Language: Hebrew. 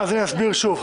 אסביר שוב,